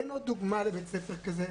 אין עוד דוגמה לבית ספר כזה,